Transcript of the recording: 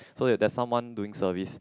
so that there are someone doing service